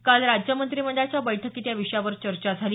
काल राज्य मंत्रिमंडळाच्या बैठकीत या विषयावर चर्चा झाली